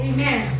Amen